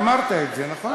אמרת את זה, נכון?